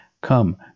Come